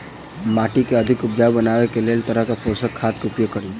माटि केँ अधिक उपजाउ बनाबय केँ लेल केँ तरहक पोसक खाद केँ उपयोग करि?